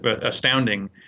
astounding